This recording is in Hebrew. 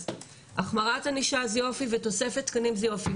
אז החמרת ענישה אז יופי ותוספת תקנים זה יופי,